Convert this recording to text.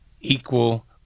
equal